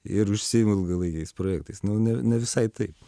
ir užsiimu ilgalaikiais projektais nu ne ne visai taip